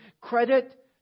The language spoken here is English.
credit